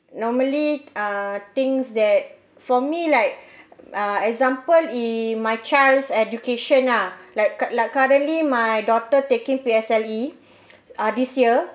normally uh things that for me like uh example in my child's education nah like cu~ like currently my daughter taking P_S_L_E ah this year